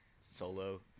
solo